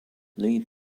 lead